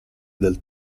del